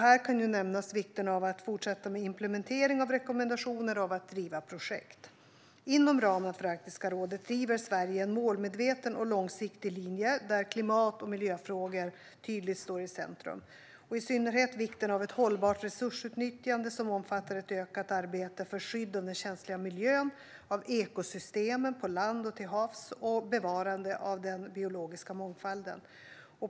Här kan nämnas vikten av att fortsätta med implementering av rekommendationer och av att driva projekt. Inom ramen för Arktiska rådet driver Sverige en målmedveten och långsiktig linje, där klimat och miljöfrågor tydligt står i centrum - i synnerhet vikten av ett hållbart resursutnyttjande som omfattar ett ökat arbete för skydd av den känsliga miljön, skydd av ekosystemen på land och till havs och bevarande av den biologiska mångfalden.